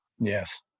Yes